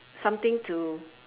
something to